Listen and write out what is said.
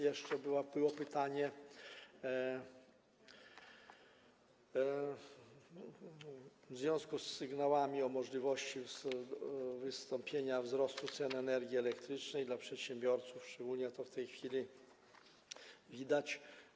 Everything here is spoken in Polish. Jeszcze było pytanie w związku z sygnałem o możliwości wystąpienia wzrostu cen energii elektrycznej dla przedsiębiorców, szczególnie to w tej chwili widać.